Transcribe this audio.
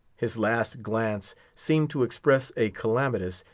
his last glance seemed to express a calamitous,